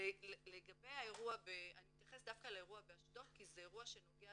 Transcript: לגבי האירוע באשדוד ואתייחס דווקא אליו כי זה אירוע שנוגע